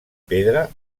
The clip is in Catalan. pedra